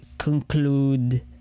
conclude